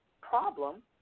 problem